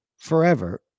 forever